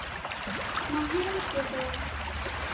ᱱᱟᱦᱮᱞ ᱛᱮᱫᱚ